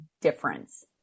difference